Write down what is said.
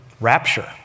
rapture